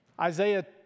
Isaiah